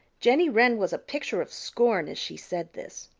jenny wren was a picture of scorn as she said this.